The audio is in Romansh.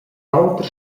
auter